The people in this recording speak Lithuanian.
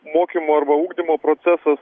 mokymo arba ugdymo procesas